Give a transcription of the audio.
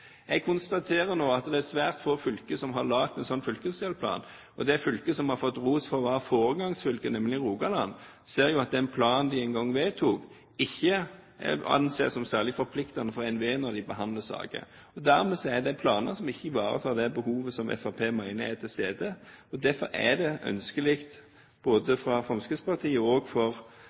Jeg konstaterer nå at det er svært få fylker som har laget en slik fylkesdelplan. Det fylket som har fått ros for å være foregangsfylke, nemlig Rogaland, ser jo at den planen man engang vedtok, ikke anses som særlig forpliktende for NVE når de behandler saker. Dermed er det planer som ikke ivaretar det behovet som Fremskrittspartiet mener er til stede. Derfor er det ønskelig fra Fremskrittspartiet,